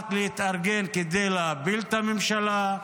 יודעת להתארגן כדי להפיל את הממשלה,